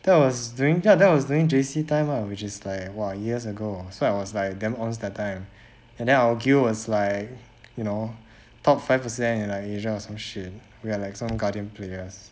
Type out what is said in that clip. that was during ya that was during J_C time ah which is like !wah! years ago so I was like damn ons that time and then our guild was like you know top five per cent and like in asia or some shit we are some guardian players